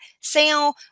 sale